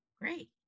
great